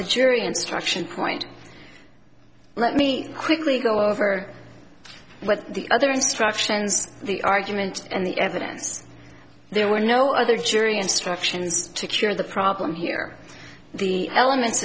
the jury instruction point let me quickly go over what the other instructions the argument and the evidence there were no other jury instructions to cure the problem here the elements